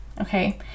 okay